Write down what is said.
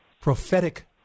prophetic